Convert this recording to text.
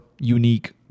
unique